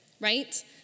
right